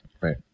Right